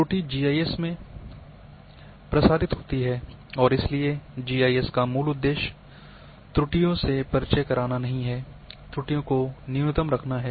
त्रुटि जीआईएस में प्रसारित होती है और इसलिए जीआईएस का मूल उद्देश्य त्रुटियों से परिचय कराना नहीं है त्रुटियों को न्यूनतम रखना है